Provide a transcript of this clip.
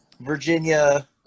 Virginia